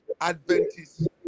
Adventist